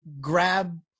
grab